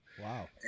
Wow